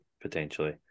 potentially